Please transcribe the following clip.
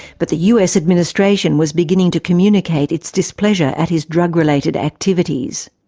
but the us administration was beginning to communicate its displeasure at his drug-related activities.